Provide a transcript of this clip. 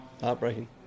heartbreaking